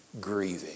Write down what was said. grieving